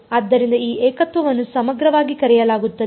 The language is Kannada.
ಆದ್ದರಿಂದ ಈ ಏಕತ್ವವನ್ನು ಸಮಗ್ರವಾಗಿ ಕರೆಯಲಾಗುತ್ತದೆ